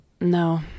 no